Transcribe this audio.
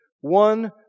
One